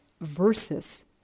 versus